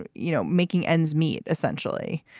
but you know, making ends meet, essentially,